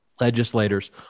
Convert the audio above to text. legislators